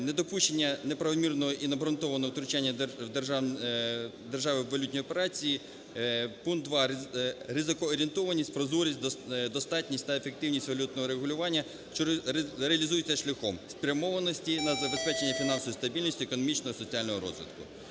"недопущення неправомірного і необґрунтованого втручання держави в валютні операції; пункт 2: ризикоорієнтованість, прозорість, достатність та ефективність валютного регулювання, що реалізується шляхом: спрямованості на забезпечення фінансової стабільності, економічного і соціального розвитку".